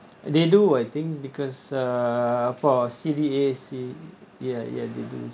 they do I think because uh for C_D_A_C ya ya they do